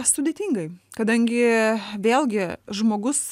sudėtingai kadangi vėlgi žmogus